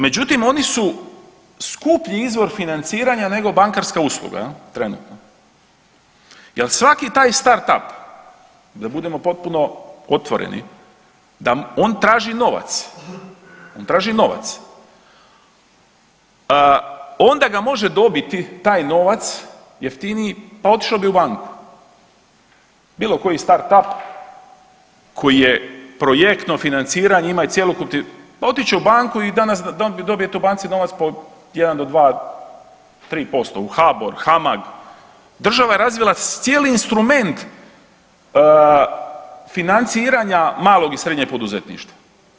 Međutim, oni su skuplji izvor financiranja nego bankarska usluga, je l', trenutno jer svaki taj startup, da budemo potpuno otvoreni, da on traži novac, on traži novac, onda ga može dobiti, taj novac jeftiniji, pa otišao bi u banku, bilo koji startup koji je projektno financiranje, ima i cjelokupni, otići će u banku i danas, on bi dobio tu u banci po 1 do 2, 3%, u HBOR, HAMAG, država je razvila cijeli instrument financiranja malog i srednjeg poduzetništva.